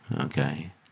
Okay